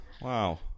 wow